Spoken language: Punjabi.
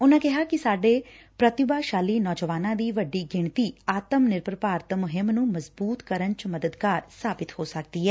ਉਨਾਂ ਕਿਹਾ ਕਿ ਸਾਡੇ ਪ੍ਰਤੀਭਾਸ਼ਾਲੀ ਨੌਜਵਾਨਾਂ ਦੀ ਵੱਡੀ ਗਿਣਤੀ ਆਤਮ ਨਿਰਭਰ ਭਾਰਤ ਮੁਹਿੰਮ ਨੂੰ ਮਜ਼ਬੁਤ ਕਰਨ ਚ ਮਦਦਗਾਰ ਸਾਬਿਤ ਹੋ ਸਕਦੀ ਐ